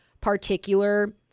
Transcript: particular